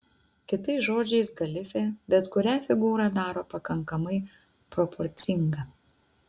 kitais žodžiais galifė bet kurią figūrą daro pakankamai proporcinga